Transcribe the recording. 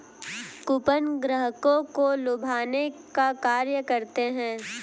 coupon ग्राहकों को लुभाने का कार्य करते हैं